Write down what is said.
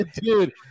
dude